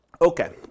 Okay